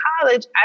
college